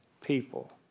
people